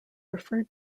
referred